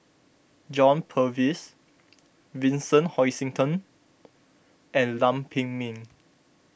John Purvis Vincent Hoisington and Lam Pin Min